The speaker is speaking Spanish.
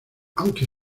aunque